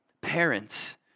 parents